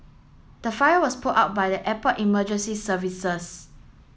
the fire was put out by the airport emergency services